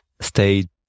stayed